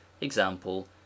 example